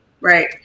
Right